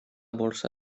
borsa